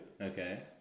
Okay